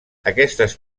aquestes